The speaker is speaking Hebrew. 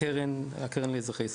הקרן לאזרחי ישראל,